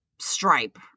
Stripe